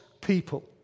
people